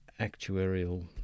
actuarial